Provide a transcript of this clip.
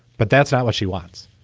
but that's not what she wants.